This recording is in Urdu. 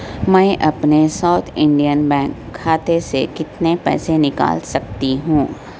میں اپنے ساؤتھ انڈین بینک کھاتے سے کتنے پیسے نکال سکتی ہوں